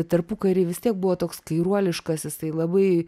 tarpukary vis tiek buvo toks kairuoliškas jisai labai